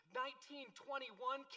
1921